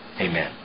Amen